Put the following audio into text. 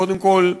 קודם כול,